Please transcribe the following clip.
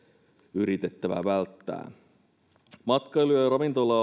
yritettävä välttää matkailu ja ja ravintola